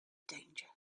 danger